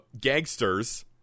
gangsters